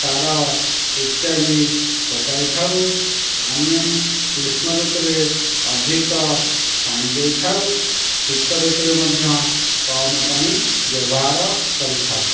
ସାର ଇତ୍ୟାଦି ପକାଇଥାଉ ଆମେ ଗ୍ରୀଷ୍ମ ଋତୁରେ ଅଧିକ ପାଣି ଦେଇଥାଉ ଶୀତ ଋତୁରେ ମଧ୍ୟ କମ ପାଣି ବ୍ୟବହାର କରିଥାଉ